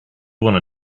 wanna